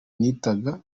nitaga